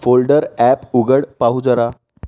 folder app उघड पाहू जरा